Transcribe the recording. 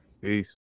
Peace